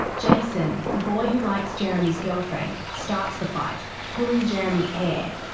jason, the boy who likes jeremy's girlfriend, starts the fight, pulling jeremy's hair.